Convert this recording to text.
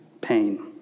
pain